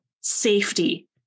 safety